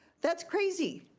that's crazy.